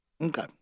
Okay